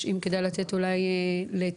אם כדאי לתת אולי לתמנו